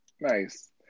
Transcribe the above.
Nice